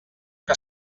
que